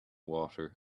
water